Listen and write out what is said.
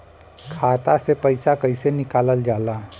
खाता से पैसा कइसे निकालल जाला?